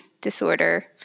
disorder